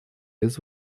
без